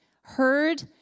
heard